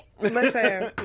Listen